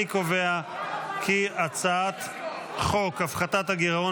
אני קובע כי הצעת חוק הפחתת הגירעון